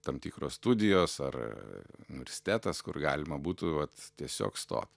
tam tikros studijos ar universitetas kur galima būtų vat tiesiog stot